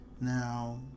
Now